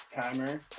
Timer